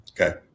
Okay